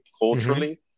culturally